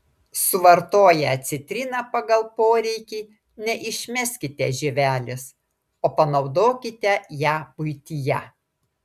suvartoję citriną pagal poreikį neišmeskite žievelės o panaudokite ją buityje